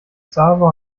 xaver